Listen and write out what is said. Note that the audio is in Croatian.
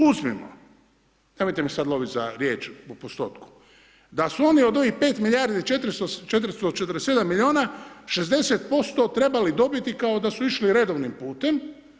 Uzmimo, nemojte me sad loviti za riječ u postotku, da su oni od ovih 5 milijardi, 447 milijuna 60% trebali dobiti kao da su išli redovnim putem.